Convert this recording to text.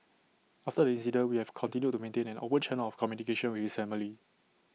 after the incident we have continued to maintain an open channel of communication with his family